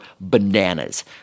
bananas